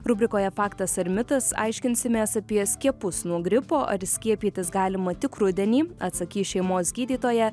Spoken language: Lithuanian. rubrikoje faktas ar mitas aiškinsimės apie skiepus nuo gripo ar skiepytis galima tik rudenį atsakys šeimos gydytoja